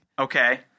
okay